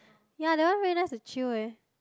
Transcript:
ya that one very nice to chill eh